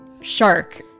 shark